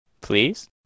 please